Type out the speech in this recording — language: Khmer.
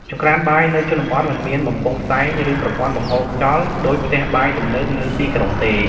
ចង្ក្រានបាយនៅជនបទមិនមានបំពង់ផ្សែង ឬប្រព័ន្ធបង្ហូរខ្យល់ដូចផ្ទះបាយទំនើបនៅទីក្រុងទេ។